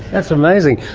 that's amazing.